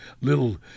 little